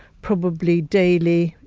probably daily,